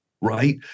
right